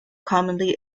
commonly